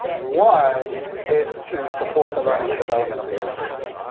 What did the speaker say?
one is to support the learning and development of a young person.